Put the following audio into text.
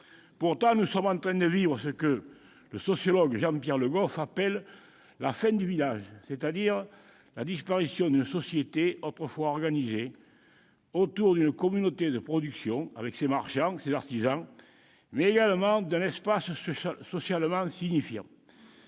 Pourtant, nous sommes en train de vivre ce que le sociologue Jean-Pierre Le Goff appelle la « fin du village », c'est-à-dire la disparition d'une société autrefois organisée autour d'une communauté de production- avec ses marchands, ses artisans -, mais également d'un espace socialement signifiant.